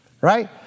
right